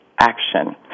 action